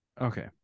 Okay